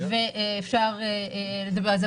ואפשר לדבר על זה.